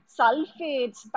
sulfates